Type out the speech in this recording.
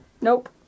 Nope